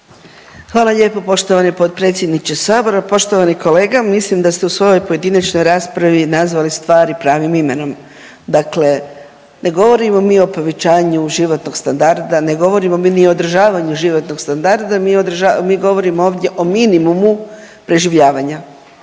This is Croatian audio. Hvala lijepo poštovani potpredsjedniče sabora. Poštovani kolega mislim da ste u svojoj pojedinačnoj raspravi nazvali stvari pravim imenom. Dakle, ne govorimo mi o povećanju životnog standarda, ne govorimo mi ni o održavaju životnog standarda, mi govorimo ovdje o minimumu preživljavanja,